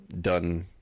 done